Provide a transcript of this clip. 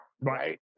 right